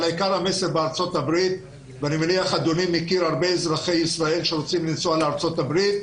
אני מניח שאדוני מכיר הרבה אזרחי ישראל שרוצים לנסוע לארצות הברית,